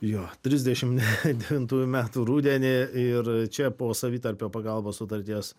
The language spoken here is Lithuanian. jo trisdešimt devintųjų metų rudenį ir čia po savitarpio pagalbos sutarties